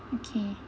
okay